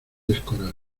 escorar